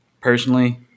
personally